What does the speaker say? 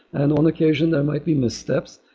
and on occasion there might be missed steps.